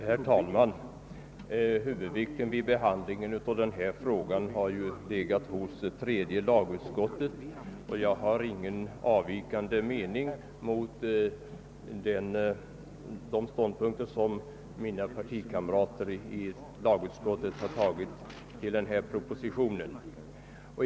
Herr talman! Huvudvikten vid behandlingen av denna fråga har ju legat hos tredje lagutskottet, och jag har ingen avvikande mening mot de ståndpunkter som mina partikamrater i lagutskottet har intagit till denna proposition.